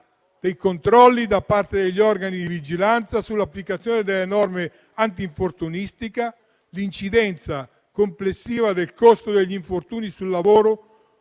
dei controlli da parte degli organi di vigilanza sull'applicazione delle norme antinfortunistiche; l'incidenza complessiva del costo degli infortuni sul lavoro